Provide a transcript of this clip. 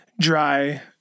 dry